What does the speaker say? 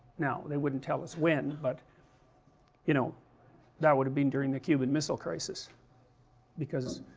now, they wouldn't tell us when but you know that would have been during the cuban missile crisis because,